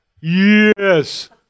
yes